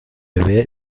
beber